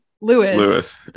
Lewis